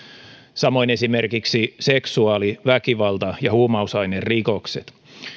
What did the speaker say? samoin esimerkiksi seksuaali väkivalta ja huumausainerikokset